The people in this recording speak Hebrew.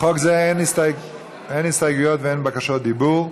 לחוק זה אין הסתייגויות ואין בקשות דיבור,